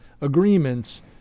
agreements